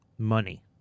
Money